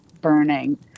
burning